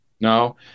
No